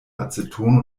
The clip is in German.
aceton